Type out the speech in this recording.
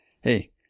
hey